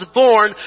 born